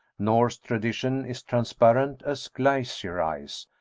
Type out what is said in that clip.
norse tradition is transparent as glacier ice,